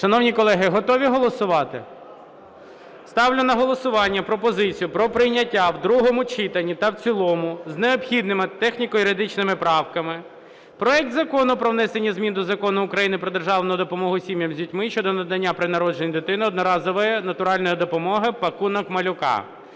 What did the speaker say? Шановні колеги, готові голосувати? Ставлю на голосування пропозицію про прийняття в другому читанні та в цілому з необхідними техніко-юридичними правками проект Закону про внесення змін до Закону України "Про державну допомогу сім'ям з дітьми" щодо надання при народженні дитини одноразової натуральної допомоги "пакунок малюка"